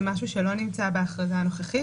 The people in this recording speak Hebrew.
זה לא משהו שלא נמצא בהכרזה הנוכחית.